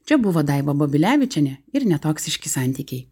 čia buvo daiva babilevičienė ir netoksiški santykiai